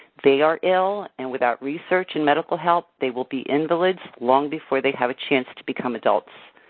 they are ill. and without research and medical help, they will be invalids long before they have a chance to become adults.